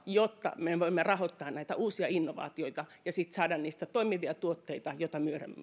jotta me voimme rahoittaa näitä uusia innovaatioita ja sitten saada niistä toimivia tuotteita joita myydä